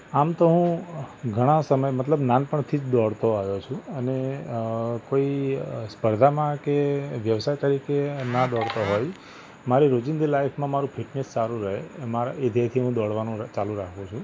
આમ તો હું ઘણા સમયથી મતલબ નાનપણથી જ દોડતો આવ્યો છું અને કોઈ સ્પર્ધામાં કે વ્યવસાય તરીકે ના દોડતો હોઈ મારી રોજિંદી લાઈફમાં મારું ફિટનેસ સારું રહે મારા એ ધ્યેયથી હું દોડવાનું ચાલુ રાખું છું